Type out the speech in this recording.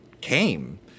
came